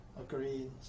Agreed